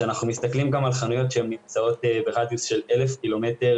כשאנחנו מסתכלים על חנויות שנמצאות ברדיוס של 1,000 מטר